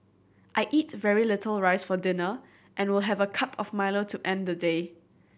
I eat very little rice for dinner and will have a cup of Milo to end the day